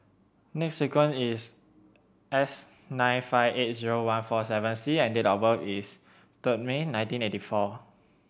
sequence is S nine five eight zero one four seven C and date of birth is third May nineteen eighty four